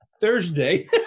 Thursday